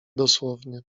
dosłownie